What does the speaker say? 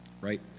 right